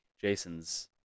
Jason's